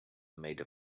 made